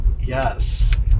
yes